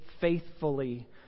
faithfully